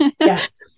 yes